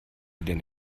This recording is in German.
denn